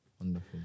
Wonderful